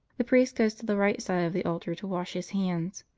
the priest goes to the right side of the altar to wash his hands.